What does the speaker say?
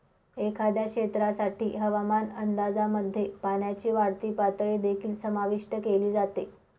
एखाद्या क्षेत्रासाठी हवामान अंदाजामध्ये पाण्याची वाढती पातळी देखील समाविष्ट केली जाते